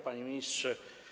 Panie Ministrze!